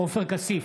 עופר כסיף,